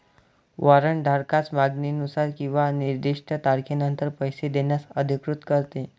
warrant धारकास मागणीनुसार किंवा निर्दिष्ट तारखेनंतर पैसे देण्यास अधिकृत करते